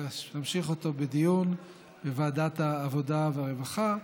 נמשיך את הדיון בוועדת העבודה והרווחה.